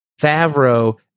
Favreau